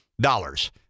dollars